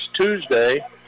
Tuesday